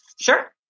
Sure